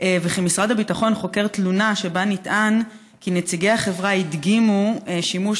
וכי משרד הביטחון חוקר תלונה שבה נטען כי נציגי החברה הדגימו שימוש